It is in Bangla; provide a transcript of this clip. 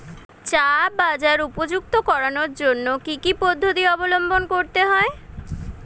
চা বাজার উপযুক্ত করানোর জন্য কি কি পদ্ধতি অবলম্বন করতে হয়?